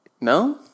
No